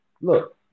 Look